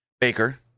Baker